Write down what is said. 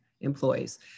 employees